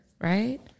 right